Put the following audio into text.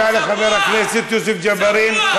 תודה לחבר הכנסת יוסף ג'בארין.